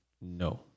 No